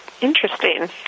interesting